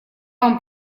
вам